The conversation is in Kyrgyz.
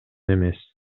эмес